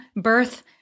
birth